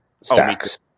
stacks